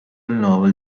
novel